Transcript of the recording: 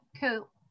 cool